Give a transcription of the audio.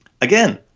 again